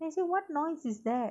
then I say what noise is that